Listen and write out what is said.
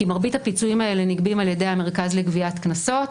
מרבית הפיצויים האלה נגבים על ידי המרכז לגביית קנסות.